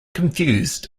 confused